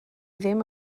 ddim